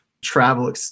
travel